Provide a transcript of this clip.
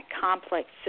complex